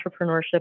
entrepreneurship